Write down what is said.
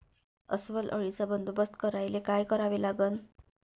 अस्वल अळीचा बंदोबस्त करायले काय करावे लागन?